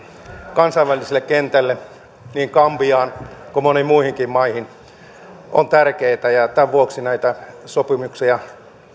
kansainväliselle kentälle niin gambiaan kuin moniin muihinkin maihin ovat tärkeitä ja tämän vuoksi näitä sopimuksia